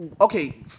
okay